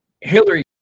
hillary